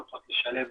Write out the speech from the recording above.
רוצות לשלב